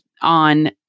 on